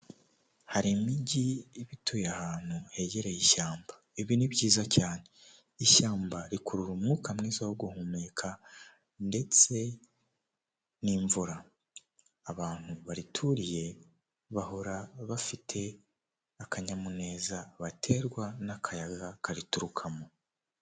Ndabona ibicu by'umweru ndabona ahandi higanjemo ibara ry'ubururu bw'ikirere ndabona inkuta zubakishijwe amatafari ahiye ndabona ibiti binyuze muri izo nkuta ndabona imfungwa cyangwa se abagororwa nta misatsi bafite bambaye inkweto z'umuhondo ubururu n'umukara ndabona bafite ibikoresho by'ubuhinzi n'umusaruro ukomoka ku buhinzi nk'ibihaza ndabona bafite amasuka, ndabona iruhande rwabo hari icyobo.